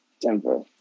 Denver